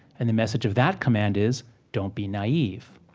and the message of that command is don't be naive.